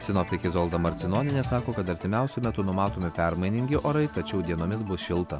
sinoptikė izolda marcinonienė sako kad artimiausiu metu numatomi permainingi orai tačiau dienomis bus šilta